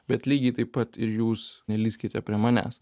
bet lygiai taip pat ir jūs nelįskite prie manęs